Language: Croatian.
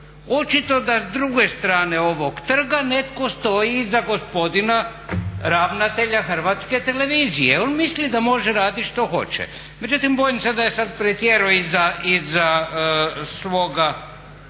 Očito da s druge strane ovog trga netko stoji za gospodina ravnatelja Hrvatske televizije, on misli da može raditi što hoće. Međutim, bojim se da je sada pretjerao i za svoga